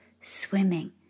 swimming